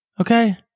okay